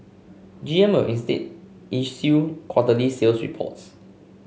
G M will instead issue quarterly sales reports